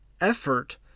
effort